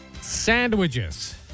Sandwiches